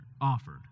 offered